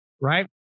right